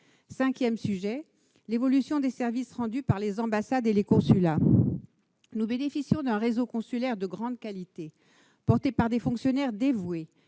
Concernant l'évolution des services rendus par les ambassades et les consulats, nous bénéficions d'un réseau consulaire de grande qualité, servi par des fonctionnaires dévoués,